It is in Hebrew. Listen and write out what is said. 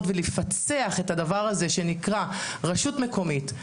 ולפצח את הדבר הזה שנקרא רשות מקומית,